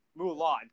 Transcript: Mulan